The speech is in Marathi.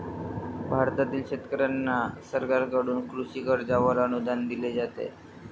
भारतातील शेतकऱ्यांना सरकारकडून कृषी कर्जावर अनुदान दिले जाते